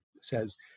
says